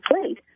played